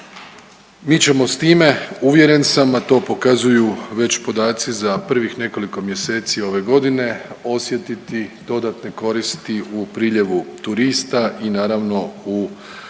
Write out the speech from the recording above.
Mi ćemo s time uvjeren sam, a to pokazuju već podaci za prvih nekoliko mjeseci ove godine, osjetiti dodatne koristi u priljevu turista i naravno u financijskim